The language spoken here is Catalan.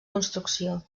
construcció